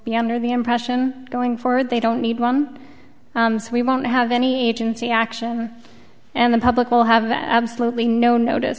be under the impression going forward they don't need one we won't have any agency action and the public will have absolutely no notice